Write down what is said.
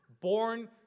born